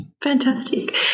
Fantastic